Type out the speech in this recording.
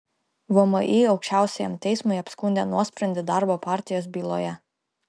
vmi aukščiausiajam teismui apskundė nuosprendį darbo partijos byloje